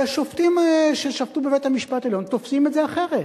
והשופטים ששפטו בבית-המשפט העליון תופסים את זה אחרת.